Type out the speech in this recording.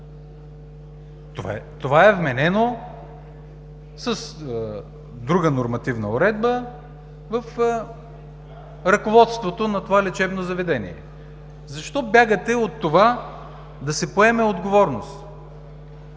Това е вменено с друга нормативна уредба в ръководството на това лечебно заведение. Защо бягате от това да се поеме отговорност?